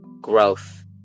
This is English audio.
growth